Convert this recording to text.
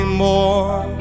more